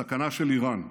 הסכנה של איראן.